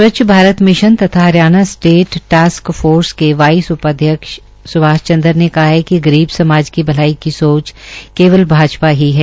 स्वच्छ भारत मिशन तथा Haryana state task force के उपाध्यक्ष सुभाष चंद्र ने कहा कि गरीब समाज की भलाई की सोच केवल भाजपा ही है